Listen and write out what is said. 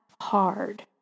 hard